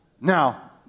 now